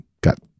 got